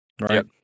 Right